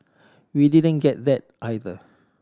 we didn't get that either